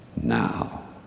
now